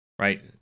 right